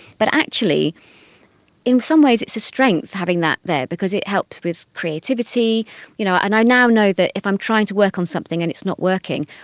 but actually in some ways it's a strength having that there because it helps with creativity you know and i now know that if i'm trying to work on something and it's not working,